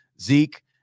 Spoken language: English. Zeke